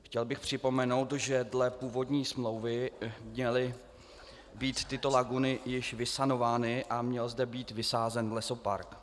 Chtěl bych připomenout, že dle původní smlouvy měly být tyto laguny již vysanovány a měl zde být vysázen lesopark.